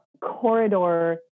corridor